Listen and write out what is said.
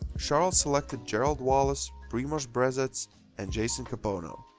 charlotte selected gerald wallace, primoz brezec and jason kapono.